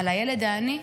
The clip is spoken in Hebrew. על הילד העני?